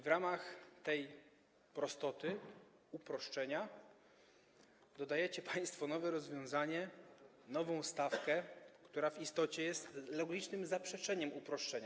W ramach tej prostoty, uproszczenia dodajecie państwo nowe rozwiązanie, nową stawkę, która w istocie jest logicznym zaprzeczeniem uproszczenia.